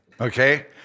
Okay